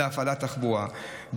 "להפעלת תחבורה,